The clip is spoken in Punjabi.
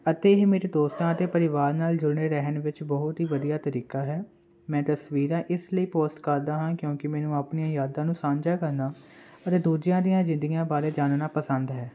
ਅਤੇ ਇਹ ਮੇਰੇ ਦੋਸਤਾਂ ਅਤੇ ਪਰਿਵਾਰ ਨਾਲ ਜੁੜੇ ਰਹਿਣ ਵਿੱਚ ਬਹੁਤ ਹੀ ਵਧੀਆ ਤਰੀਕਾ ਹੈ ਮੈਂ ਤਸਵੀਰਾਂ ਇਸ ਲਈ ਪੋਸਟ ਕਰਦਾ ਹਾਂ ਕਿਉਂਕਿ ਮੈਨੂੰ ਆਪਣੀਆਂ ਯਾਦਾਂ ਨੂੰ ਸਾਂਝਾ ਕਰਨਾ ਅਤੇ ਦੂਜਿਆਂ ਦੀਆਂ ਜ਼ਿੰਦਗੀਆਂ ਬਾਰੇ ਜਾਣਨਾ ਪਸੰਦ ਹੈ